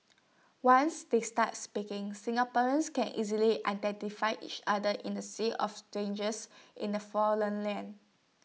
once they start speaking Singaporeans can easily identify each other in A sea of strangers in A foreign land